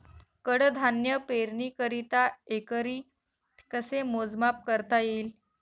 कडधान्य पेरणीकरिता एकरी कसे मोजमाप करता येईल?